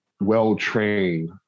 well-trained